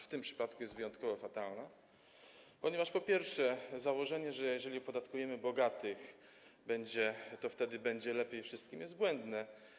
W tym przypadku jest wyjątkowo fatalna, ponieważ, po pierwsze, założenie, że jeżeli opodatkujemy bogatych, to wtedy będzie lepiej wszystkim, jest błędne.